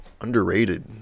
underrated